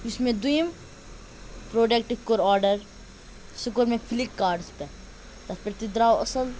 یُس مےٚ دیٚیِم پروڈَکٹہٕ کوٚر آرڈَر سُہ کوٚر مےٚ فِلِپ کاٹَس پیٚٹھ تَتھ پیٚٹھ تہِ درٛاو اَصل